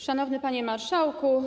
Szanowny Panie Marszałku!